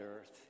Earth